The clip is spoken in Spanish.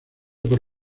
por